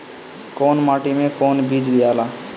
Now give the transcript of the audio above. कौन माटी मे कौन बीज दियाला?